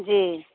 जी